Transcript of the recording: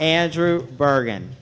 andrew bergen